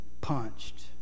punched